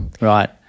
Right